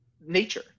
nature